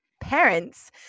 parents